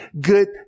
good